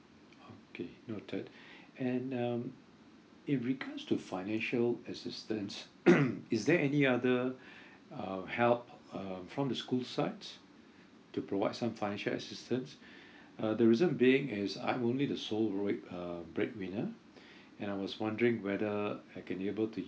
okay noted and um in regards to financial assistance is there any other uh help uh from the school's side to provide some financial assistance uh the reason being is I'm only the sole bread~ uh breadwinner and I was wondering whether I can be able to